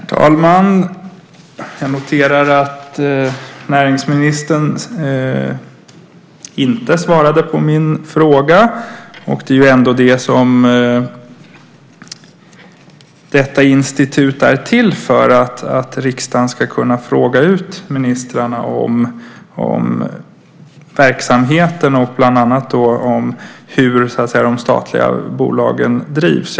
Herr talman! Jag noterar att näringsministern inte svarade på min fråga. Det är ändå det som detta institut är till för. Riksdagen ska kunna fråga ut ministrarna om verksamheten och bland annat om hur de statliga bolagen drivs.